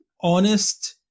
honest